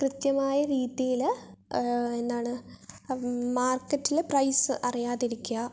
കൃത്യമായ രീതിയില് ആ എന്താണ് മാ മാര്ക്കറ്റില് പ്രൈസ് അറിയാതിരിക്കുക